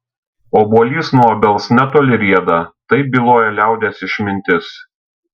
obuolys nuo obels netoli rieda taip byloja liaudies išmintis